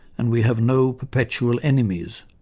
and we have no perpetual enemies.